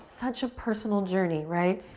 such a personal journey, right?